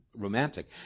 romantic